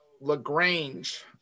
LaGrange